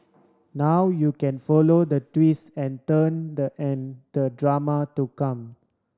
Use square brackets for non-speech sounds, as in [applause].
now you can follow the twist and turn the [unintelligible] the drama to come